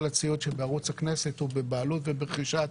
כל הציוד שבערוץ הכנסת הוא בבעלות וברכישת